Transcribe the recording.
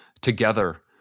together